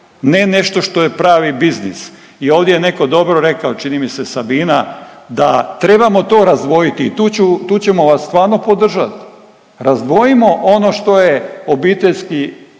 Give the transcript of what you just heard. ne nešto što je pravi biznis. I ovdje je netko dobro rekao čini mi se Sabina, da trebamo to razdvojiti i tu ću, tu ćemo vas stvarno podržati. Razdvojimo ono što je obiteljski